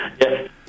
Yes